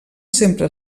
sempre